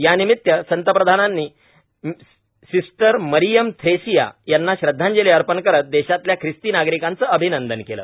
यानिमित पंतप्रधानांनी सिस्टर मरियम थ्रेसिया यांना श्रदधांजली अर्पण करत देशातल्या ख्रिस्ती नागरिकांचं अभिनंदन केलं